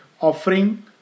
offering